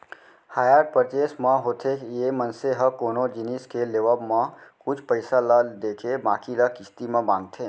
hire purchase म होथे ये मनसे ह कोनो जिनिस के लेवब म कुछ पइसा ल देके बाकी ल किस्ती म बंधाथे